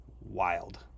Wild